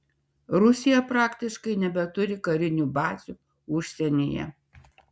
rusija praktiškai nebeturi karinių bazių užsienyje